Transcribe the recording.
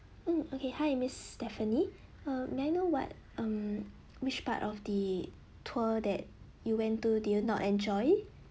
mm okay hi miss stephanie uh may I know what um which part of the tour that you went to do you not enjoy